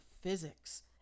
physics